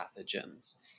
pathogens